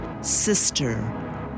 sister